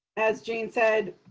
as jane said,